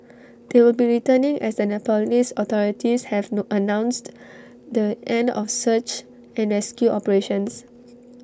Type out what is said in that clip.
they will be returning as the Nepalese authorities have no announced the end of search and rescue operations